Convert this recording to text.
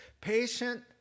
Patient